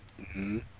-hmm